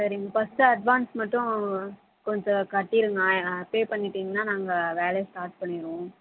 சரிங்க first advance மட்டும் கொஞ்சம் கட்டிருங்க ஆய ஆ பே பண்ணிட்டிங்கனா நாங்கள் வேலையை ஸ்டார்ட் பண்ணிடுவோம்